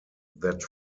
that